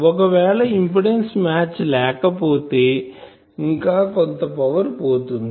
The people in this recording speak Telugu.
ఒకవేళ ఇంపిడెన్సు మ్యాచ్ లేక పోతే ఇంకా కొంత పవర్ పోతుంది